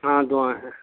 ہاں دعائیں ہے